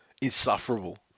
Insufferable